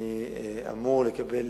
אני אמור לקבל